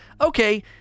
Okay